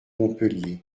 montpellier